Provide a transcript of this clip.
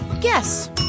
guess